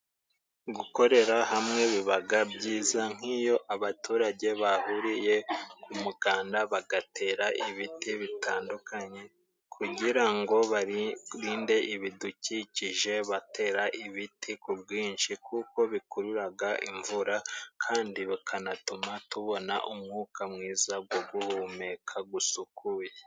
Gukorera hamwe bibaga byiza nk'iyo abaturage bahuriye ku muganda bagatera ibiti bitandukanye, kugira ngo barinde ibidukikije batera ibiti ku bwinshi, kuko bikururaga imvura kandi bikanatuma tubona umwuka mwiza gwo guhumeka gwusukuye.